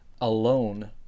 alone